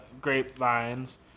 grapevines